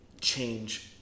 change